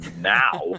now